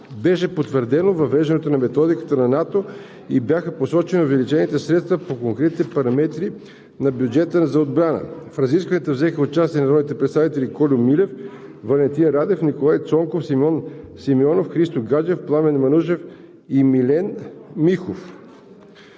Беше потвърдено въвеждането на методиката на НАТО и бяха посочени увеличените средства по конкретните параметри на бюджета за отбрана. В разискванията взеха участие народните представители Кольо Милев, Валентин Радев, Николай Цонков, Симеон Симеонов, Христо Гаджев, Пламен Манушев и Милен Михов.